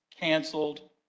canceled